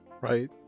right